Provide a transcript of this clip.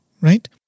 right